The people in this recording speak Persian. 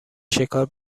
شکار